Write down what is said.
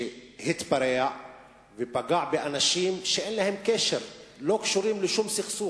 שהתפרע ופגע באנשים שאין להם קשר ולא קשורים לשום סכסוך,